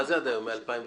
מה זה עד היום, מ-2009?